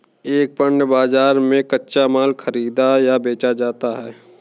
एक पण्य बाजार में कच्चा माल खरीदा या बेचा जाता है